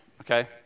okay